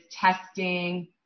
testing